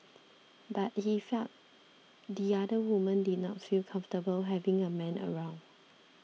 but he felt the other women did not feel comfortable having a man around